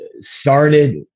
started